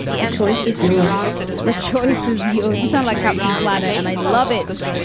the choice is yours the choice is yours. you sound like captain planet, and i love it.